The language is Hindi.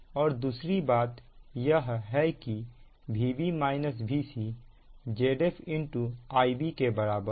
और दूसरी बात यह है कि Vb Vc Zf Ib के बराबर है